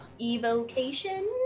Evocation